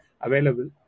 available